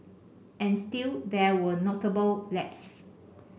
and still there were notable lapses